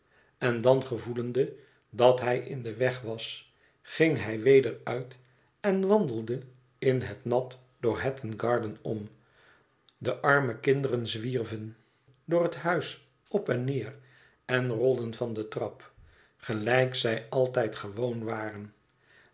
en dan gevoelende dat hij in den weg was ging hij weder uit en wandelde in het nat door hat ton garden om dé arme kinderen zwierven door het huis op en neer en rolden van de trap gelijk zij altijd gewoon waren